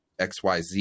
XYZ